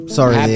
sorry